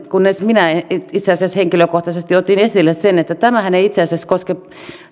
kunnes minä itse asiassa henkilökohtaisesti otin esille sen että tämähän ei itse asiassa